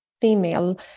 female